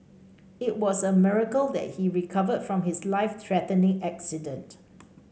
it was a miracle that he recovered from his life threatening accident